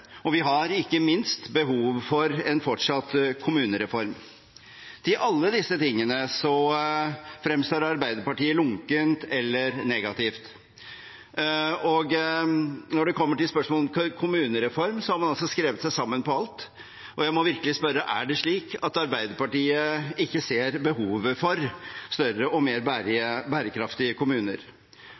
og vi har ikke minst behov for en fortsatt kommunereform. Til alle disse tingene fremstår Arbeiderpartiet lunkent eller negativt. Når det gjelder spørsmål om kommunereform, har man skrevet seg sammen på alt, og jeg må virkelig spørre: Er det slik at Arbeiderpartiet ikke ser behovet for større og mer bærekraftige kommuner?